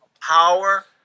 power